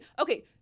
okay